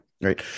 Right